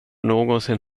någonsin